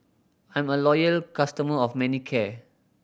I'm a loyal customer of Manicare